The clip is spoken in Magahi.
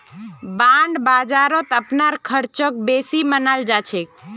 बांड बाजारत अपनार ख़र्चक बेसी मनाल जा छेक